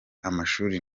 amashuri